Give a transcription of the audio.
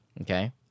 Okay